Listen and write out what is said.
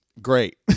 great